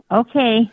okay